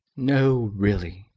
no, really!